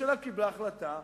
הממשלה קיבלה החלטה,